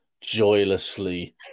joylessly